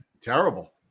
Terrible